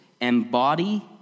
embody